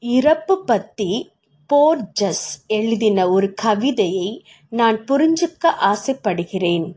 இறப்பு பற்றி போர்ஜஸ் எழுதின ஒரு கவிதையை நான் புரிஞ்சுக்க ஆசைப்படுகிறேன்